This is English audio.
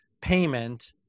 payment